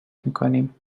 میکنیم